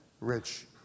rich